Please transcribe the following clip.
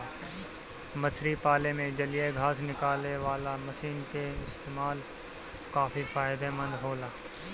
मछरी पाले में जलीय घास निकालेवाला मशीन क इस्तेमाल काफी फायदेमंद होला